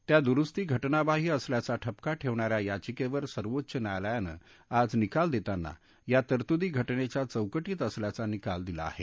त्या दुरुस्ती घटनाबाह्य असल्याचा ठपका ठेवणाऱ्या याचिकेवर सर्वोच्च न्यायलायानं आज निकाल देताना या तरतूदी घटनेच्या चौकटीत असल्याचा निकाल दिला आहे